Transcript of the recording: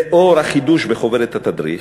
לאור החידוש בחוברת התדריך,